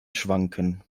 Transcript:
schwanken